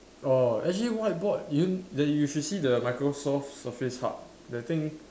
orh actually whiteboard you that you should see the Microsoft surface hub that thing